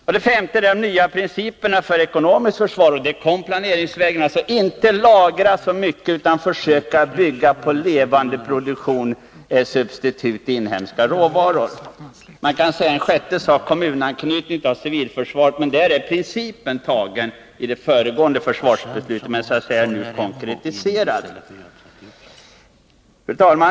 En femte faktor är de nya principerna för ekonomiskt försvar, där man kommit fram till att inte lagra så mycket utan försöka bygga på levande produktion — och substitut med inhemska råvaror. Man kan nämna en sjätte faktor nämligen kommunanknytningen av civilförsvaret. Där är principerna fastlagda i det föregående försvarsbeslutet, men de blir nu så att säga konkretiserade. Fru talman!